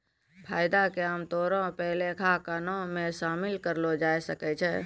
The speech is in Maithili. फायदा के आमतौरो पे लेखांकनो मे शामिल करलो जाय सकै छै